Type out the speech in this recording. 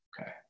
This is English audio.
Okay